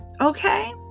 Okay